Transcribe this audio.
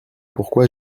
pourquoi